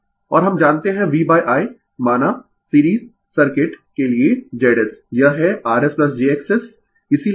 Refer slide Time 0723 और हम जानते है V I माना सीरीज़ सर्किट के लिए Z S यह है rsjXS इसीलिये VIrsjIXS